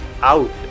out